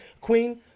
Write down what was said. Queen